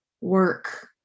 work